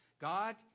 God